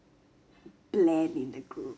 blend in the group